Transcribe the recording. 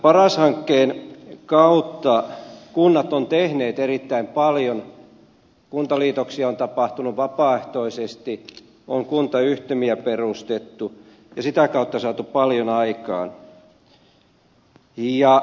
paras hankkeen kautta kunnat ovat tehneet erittäin paljon kuntaliitoksia on tapahtunut vapaaehtoisesti on kuntayhtymiä perustettu ja sitä kautta saatu paljon aikaan